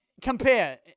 Compare